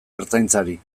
ertzaintzari